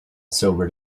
sobered